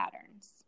patterns